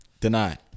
deny